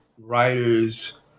writers